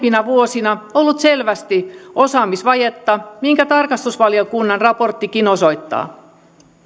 aiempina vuosina ollut selvästi osaamisvajetta minkä tarkastusvaliokunnan raporttikin osoittaa